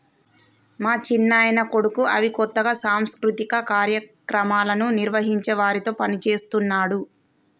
మా చిన్నాయన కొడుకు అవి కొత్తగా సాంస్కృతిక కార్యక్రమాలను నిర్వహించే వారితో పనిచేస్తున్నాడు